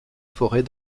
forêt